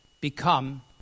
become